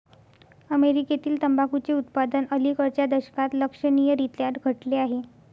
अमेरीकेतील तंबाखूचे उत्पादन अलिकडच्या दशकात लक्षणीयरीत्या घटले आहे